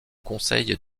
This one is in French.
conseil